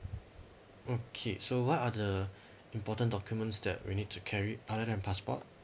okay so what are the important documents that we need to carry other than passport